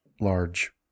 large